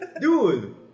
Dude